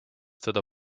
teda